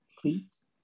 please